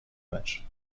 matchs